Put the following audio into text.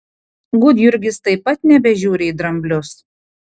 gudjurgis taip pat nebežiūri į dramblius